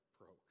broke